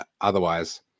otherwise